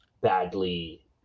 badly